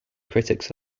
critics